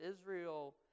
Israel